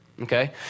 okay